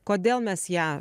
kodėl mes ją